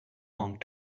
long